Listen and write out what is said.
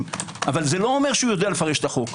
אבל לא אומר שהוא יודע לפרש את החוק.